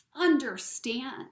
understand